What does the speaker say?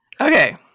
Okay